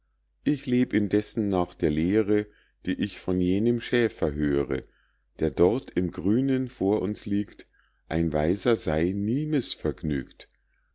ich leb indessen nach der lehre die ich von jenem schäfer höre der dort im grünen vor uns liegt ein weiser sey nie mißvergnügt